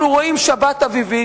אנחנו רואים שבת אביבית,